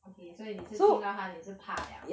okay 所以你是听到他你也是怕 liao